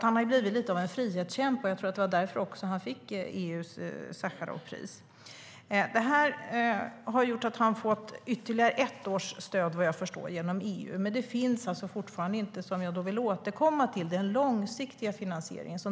Han har blivit något av en frihetskämpe, och det var också därför han fick EU:s Sacharovpris.Detta har gjort att han har fått ytterligare ett års stöd genom EU, men det finns fortfarande inte någon långsiktig finansiering.